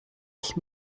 ich